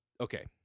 Okay